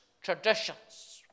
traditions